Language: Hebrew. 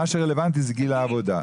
מה שרלוונטי זה גיל העבודה.